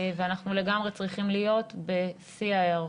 ואנחנו לגמרי צריכים להיות בשיא ההיערכות.